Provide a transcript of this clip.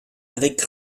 avec